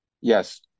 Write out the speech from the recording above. Yes